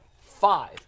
five